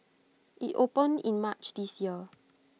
IT opened in March this year